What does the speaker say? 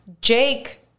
Jake